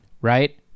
Right